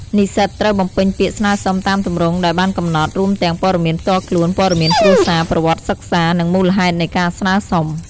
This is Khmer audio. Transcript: និស្សិតត្រូវបំពេញពាក្យស្នើសុំតាមទម្រង់ដែលបានកំណត់ រួមទាំងព័ត៌មានផ្ទាល់ខ្លួន ព័ត៌មានគ្រួសារ ប្រវត្តិសិក្សា និងមូលហេតុនៃការស្នើសុំ។